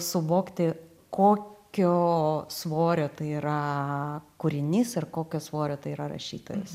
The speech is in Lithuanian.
suvokti kokio svorio tai yra kūrinys ir kokio svorio tai yra rašytojas